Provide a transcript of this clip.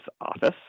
office